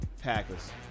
Packers